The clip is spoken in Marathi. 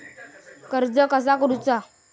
कर्ज कसा करूचा?